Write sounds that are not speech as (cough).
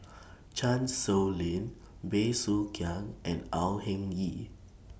Chan Sow Lin Bey Soo Khiang and Au Hing Yee (noise)